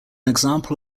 example